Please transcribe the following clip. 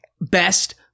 best